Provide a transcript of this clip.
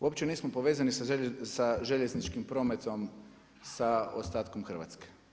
Uopće nismo povezani sa željezničkim prometom sa ostatkom Hrvatske.